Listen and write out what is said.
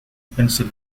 pencil